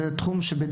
שהוא תחום שבו,